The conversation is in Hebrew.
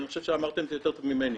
אני חושב שאמרתם את זה יותר טוב ממני.